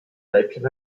weibchen